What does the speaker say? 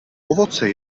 ovoce